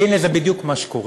והנה זה בדיוק מה שקורה.